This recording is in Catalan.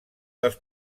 dels